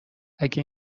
اگه